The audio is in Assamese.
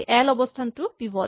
এল অৱস্হানটো পিভট